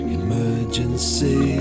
emergency